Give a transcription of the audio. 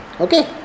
Okay